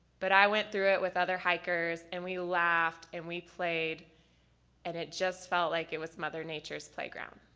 but i went through it with other hikers and we laughed and we played and it just felt like it was mother nature's playground.